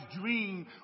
dream